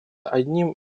одним